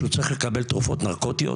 שהוא צריך לקבל תרופות נרקוטיות